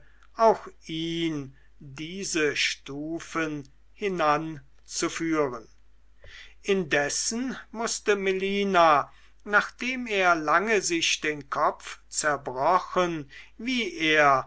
auch ihn diese stufen hinanzuführen indessen mußte melina nachdem er lange sich den kopf zerbrochen wie er